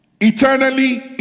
eternally